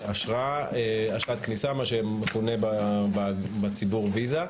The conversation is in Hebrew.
אשרת כניסה, מה שמכונה בציבור ויזה.